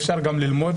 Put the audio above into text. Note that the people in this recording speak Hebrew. אפשר גם ללמוד,